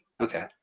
Okay